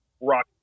rock